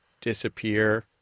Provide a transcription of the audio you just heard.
disappear